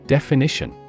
Definition